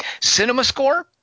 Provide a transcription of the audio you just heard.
CinemaScore